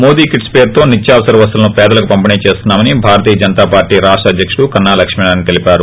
Modi kits పరుతో నిత్యావసర వస్తువులు పదలకు పంపిణీ చేస్తున్నా మని భారతీయ జనతా పార్టీ రాష్ట అద్యకుడు కన్నా లక్ష్మీనారాయణ తెలిపారు